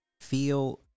feel